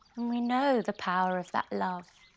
we know the power of that love,